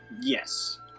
Yes